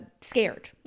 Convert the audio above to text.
scared